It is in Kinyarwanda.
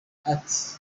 ati